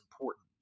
important